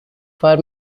for